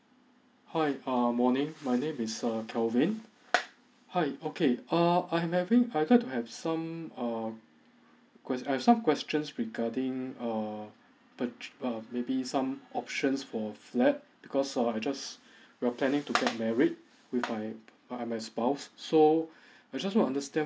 hi err my name is uh kelvin hi okay uh I am having I happen to have some err ques~ I have some questions regarding err purch~ maybe some options for flat because uh I just we are planning to get married with my ah my spouse so I just want to understand